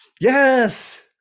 Yes